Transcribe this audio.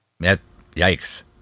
Yikes